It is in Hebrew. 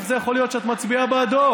איך זה יכול להיות שאת מצביעה בעדו?